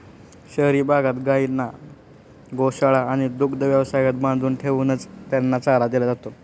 शहरी भागात गायींना गोशाळा आणि दुग्ध व्यवसायात बांधून ठेवूनच त्यांना चारा दिला जातो